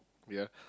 yeah